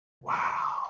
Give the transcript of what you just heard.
Wow